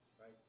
right